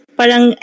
parang